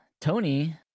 Tony